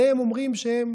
עליהם אומרים שהם